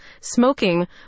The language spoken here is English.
smoking